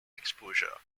exposure